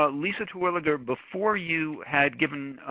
but lisa terwilliger, before you had given,